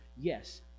Yes